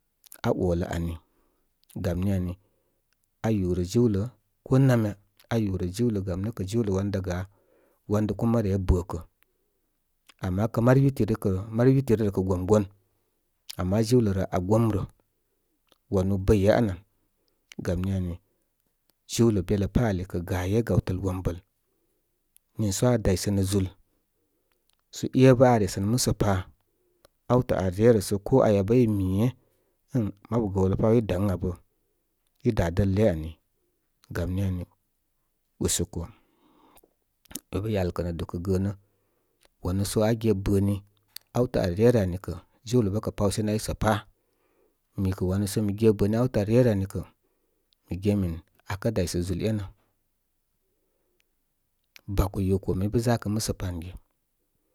A olə ani. am ni ani aa yurə jiwlə. Ko namya a yurə jiwlə gam nə kə jiwlə wan dá gá wan kuma re bəkə. Ama kə kə may yutiri, kə mari yutiri rə kə gomgon. Ama jiwlə rə aa gomrə. Wanu ɓəya an. Gam ni ani. Jiwlə belə pá ali kə gaye gawtəl wombal niisə aa daysənə zúl sə ébə aa resənə musə pa awtə ar rerə sə ko aya bə i mié ən mabu gəw lə paw i da ən amə idá dəl lə ani. Gam ni ani usoko. Mi pə yalkə nə dúkə gəə nə wanu so aa ge bəni awtə ar ryə rə ani kə jiwlə bə kə pawshe nay sə pá. Mi kə wanu sə mi ge bəni awtə ar ryə rə kə mi ge min akə daysə zúl énə bako yo kome i bə za kə musə pa an ge.